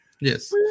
Yes